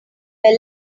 were